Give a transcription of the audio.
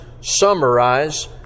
summarize